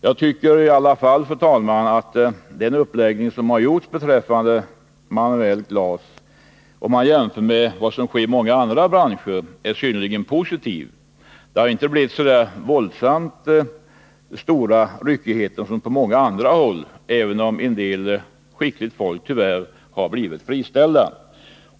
Jag tycker i alla fall, fru talman, att den uppläggning som har gjorts beträffande manuellt glas —om man jämför med vad som har skett i många andra branscher — är synnerligen positiv. Det har inte blivit så våldsamt stora ryckigheter som på andra håll — även om en del skickliga medarbetare tyvärr har blivit friställda.